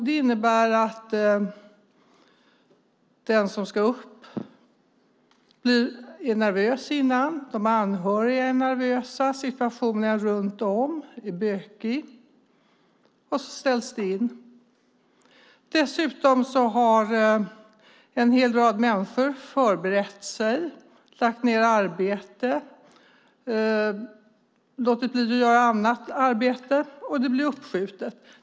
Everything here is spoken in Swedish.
Den som ska upp i rätten är nervös, de anhöriga är nervösa, situationen runt om är bökig och dessutom har en hel rad människor förberett sig, lagt ned arbete, låtit bli att göra annat arbete - och så ställs det hela in, blir uppskjutet.